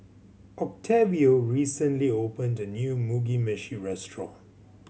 Octavio recently opened a new Mugi Meshi restaurant